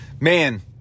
man